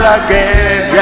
again